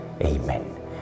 Amen